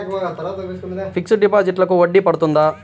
Fixed డిపాజిట్లకు వడ్డీ పడుతుందా?